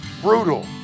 Brutal